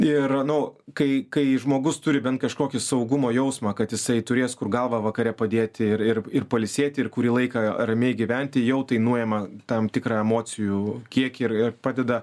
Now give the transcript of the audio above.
ir nu kai kai žmogus turi bent kažkokį saugumo jausmą kad jisai turės kur galvą vakare padėti ir ir ir pailsėti ir kurį laiką ramiai gyventi jau tai nuima tam tikra emocijų kiekį ir padeda